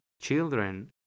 children